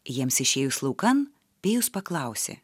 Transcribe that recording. jiems išėjus laukan pijus paklausė